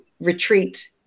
retreat